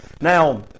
Now